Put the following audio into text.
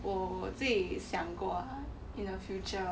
我自己想过 in the future